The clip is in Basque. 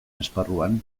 esparruan